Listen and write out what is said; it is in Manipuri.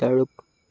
ꯇꯔꯨꯛ